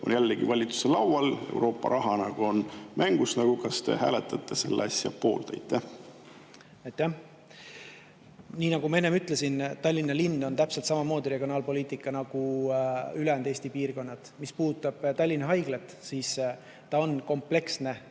jälle valitsuse laual ja Euroopa raha on mängus, siis kas te hääletate selle asja poolt? Aitäh! Nii nagu ma enne ütlesin, Tallinna linn on täpselt samamoodi regionaalpoliitika [objekt] nagu ülejäänud Eesti piirkonnad. Mis puudutab Tallinna Haiglat, siis see on kompleksne